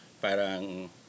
parang